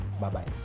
Bye-bye